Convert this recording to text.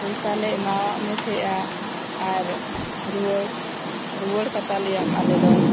ᱯᱚᱭᱥᱟ ᱞᱮ ᱮᱢᱟᱣᱟᱜ ᱢᱮ ᱛᱟᱦᱮᱸᱫᱼᱟ ᱟᱨ ᱨᱩᱣᱟᱹᱲ ᱨᱩᱣᱟᱹᱲ ᱠᱟᱛᱟ ᱞᱮᱭᱟᱢ ᱟᱞᱮ ᱫᱚ